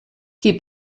qui